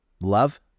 love